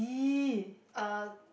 uh